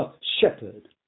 shepherd